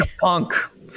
punk